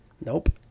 Nope